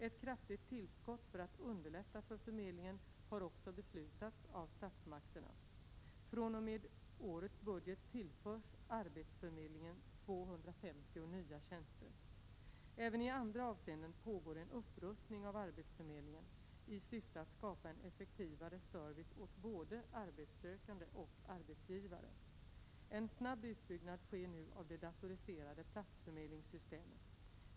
Ett kraftigt tillskott för att underlätta för förmedlingen har också beslutats av statsmakterna. fr.o.m. innevarande budgetår tillförs arbetsförmedlingen 250 nya tjänster. Även i andra avseenden pågår en upprustning av arbetsförmedlingen i syfte att skapa en effektivare service åt både arbetssökande och arbetsgivare. En snabb utbyggnad sker nu av det datoriserade platsförmedlingssystemet.